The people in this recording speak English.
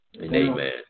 amen